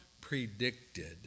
predicted